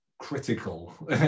Critical